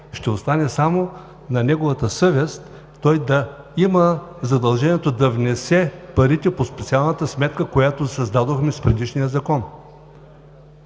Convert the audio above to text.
ще остане само на неговата съвест да има задължението да внесе парите по специалната сметка, която създадохме с предишния Закон.